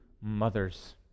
mothers